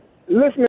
Listening